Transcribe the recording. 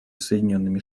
соединенными